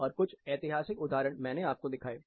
और कुछ ऐतिहासिक उदाहरण मैंने आपको दिखाएं